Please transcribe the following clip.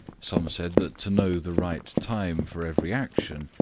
some said that to know the right time for every action,